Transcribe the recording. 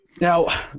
Now